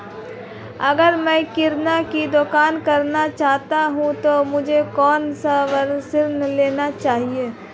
अगर मैं किराना की दुकान करना चाहता हूं तो मुझे कौनसा ऋण लेना चाहिए?